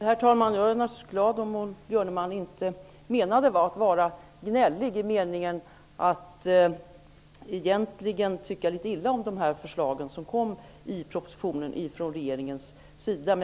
Herr talman! Jag är naturligtvis glad om Maud Björnemalm inte menade att vara gnällig i den meningen att egentligen tycka illa om förslagen i regeringens proposition.